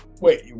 Wait